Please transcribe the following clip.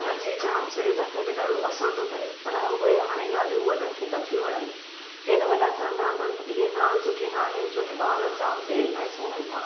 हुननि जी जाम सिहत ते बि ॾाढो असरु थो पिए पर उहे हाणे ॻाल्हियूं वॾनि खे न थियूं वणनि कि त हे वॾा चवंदा हुआ त ई ॻाल्हि सुठी न आहे छो जो ॿार जाम देर तांई सुम्हनि था